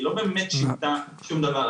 היא לא באמת שינתה שום דבר.